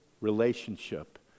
relationship